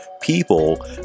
people